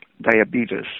diabetes